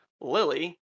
lily